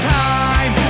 time